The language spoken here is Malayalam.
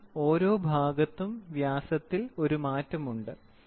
കാരണം ഓരോ ഭാഗത്തും വ്യാസത്തിൽ ഒരു മാറ്റമുണ്ട്